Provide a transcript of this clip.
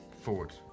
forward